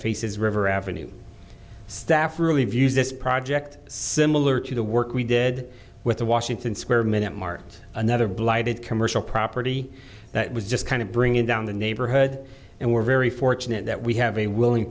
faces river avenues staff really views this project similar to the work we did with the washington square minute mark and another blighted commercial property that was just kind of bringing down the neighborhood and we're very fortunate that we have a willing